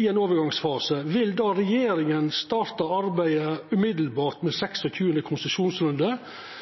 i ein overgangsfase, vil regjeringa umiddelbart starta arbeidet med